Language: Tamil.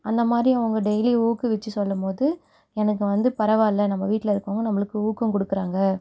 அந்த மாதிரி அவங்க டெய்லி ஊக்குவித்து சொல்லும் போது எனக்கு வந்து பரவாயில்ல நம்ம வீட்டில் இருக்கவங்க நம்மளுக்கு ஊக்கம் கொடுக்கறாங்க